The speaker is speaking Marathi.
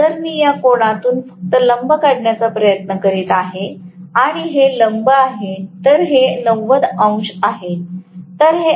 आता जर मी या कोनातून फक्त लंब काढण्याचा प्रयत्न करीत आहे आणि हे लंब आहे तर हे 90 अंश आहे